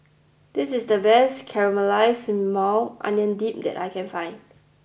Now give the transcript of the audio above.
this is the best Caramelized Maui Onion Dip that I can find